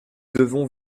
devons